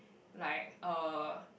like uh